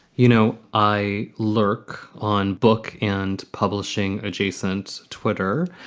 you know, i lurk on book and publishing adjacent twitter,